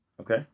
Okay